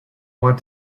want